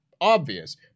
obvious